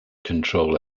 control